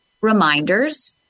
reminders